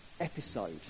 episode